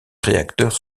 réacteurs